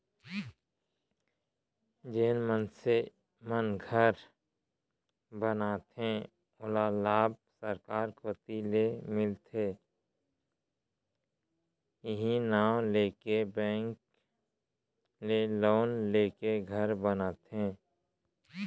जेन मनसे मन घर बनाथे ओला लाभ सरकार कोती ले मिलथे इहीं नांव लेके बेंक ले लोन लेके घर बनाथे